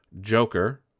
Joker